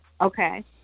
Okay